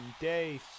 Day